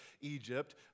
Egypt